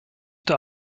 der